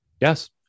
Yes